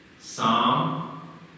Psalm